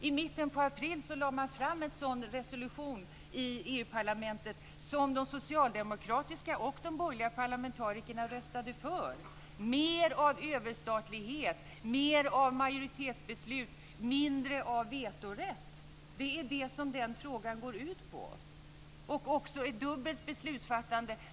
I mitten av april lade man fram en sådan resolution i EU-parlamentet, som de socialdemokratiska och de borgerliga parlamentarikerna röstade för. Mer av överstatlighet, mer av majoritetsbeslut, mindre av vetorätt. Det är det den frågan går ut på, liksom ett dubbelt beslutsfattande.